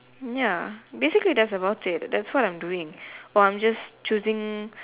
ya basically that's about it that's what I am doing while I am just choosing